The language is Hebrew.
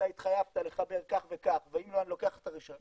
אתה התחייבת לחבר כך וכך ואם לא אני לוקח את הרישיון,